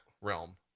realm